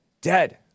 Dead